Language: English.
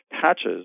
patches